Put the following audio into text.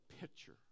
picture